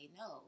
no